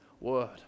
word